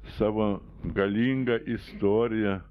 savo galinga istorija